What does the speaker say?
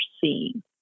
seeing